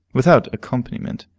without accompaniment.